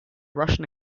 russian